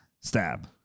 stab